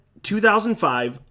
2005